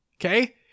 Okay